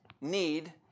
need